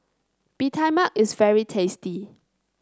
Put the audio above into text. Bee Tai Mak is very tasty